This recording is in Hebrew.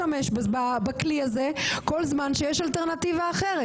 להשתמש בכלי הזה כל זמן שיש אלטרנטיבה אחרת.